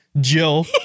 Jill